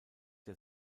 der